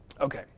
Okay